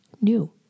new